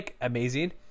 amazing